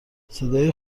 صدای